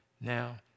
Now